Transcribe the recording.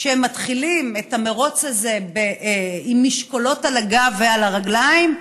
שהם מתחילים את המרוץ הזה עם משקולות על הגב ועל הרגליים,